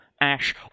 Ash